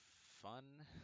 fun